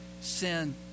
sin